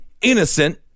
innocent